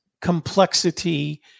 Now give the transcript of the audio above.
complexity